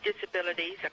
disabilities